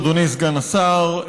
אדוני סגן השר,